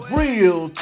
real